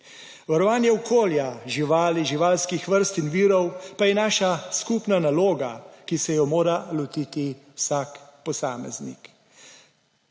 Varovanje okolja, živali, živalskih vrst in virov pa je naša skupna naloga, ki se jo mora lotiti vsak posameznik.